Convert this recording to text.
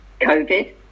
COVID